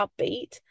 upbeat